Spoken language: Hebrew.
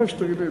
כבוד